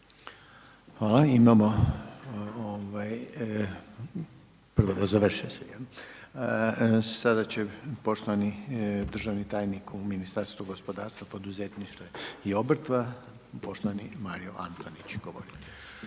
Hvala, imamo ovaj, prvo da završe se, jel. Sada će poštovani državni tajnik u Ministarstvu gospodarstva, poduzetništva i obrta, poštovani Mario Antonić.